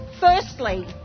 Firstly